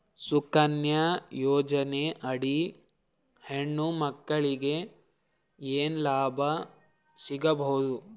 ಸುಕನ್ಯಾ ಯೋಜನೆ ಅಡಿ ಹೆಣ್ಣು ಮಕ್ಕಳಿಗೆ ಏನ ಲಾಭ ಸಿಗಬಹುದು?